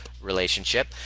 relationship